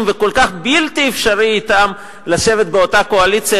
שכל כך בלתי אפשרי לשבת אתם באותה קואליציה,